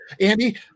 Andy